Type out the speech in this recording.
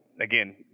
again